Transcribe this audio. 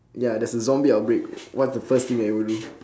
ya there's a zombie outbreak what's the first thing that you would do